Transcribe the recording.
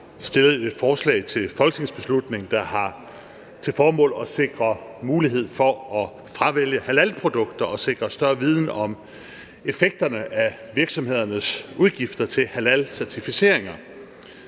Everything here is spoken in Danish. fremsat et forslag til folketingsbeslutning, der har til formål at sikre mulighed for at fravælge halalprodukter og sikre større viden om effekterne af virksomhedernes udgifter til halalcertificeringer.